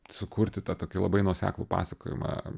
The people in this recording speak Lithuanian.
sukurti tą tokį labai nuoseklų pasakojimą